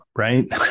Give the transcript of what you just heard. Right